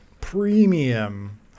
premium